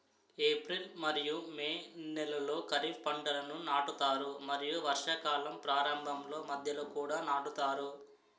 April మరియు May నెలలో ఖరీఫ్ పంటలను నాటుతారు మరియు వర్షాకాలం ప్రారంభంలో మధ్యలో కూడా నాటుతారు